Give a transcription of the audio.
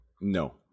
No